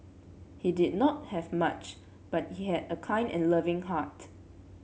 he did not have much but he had a kind and loving heart